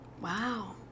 Wow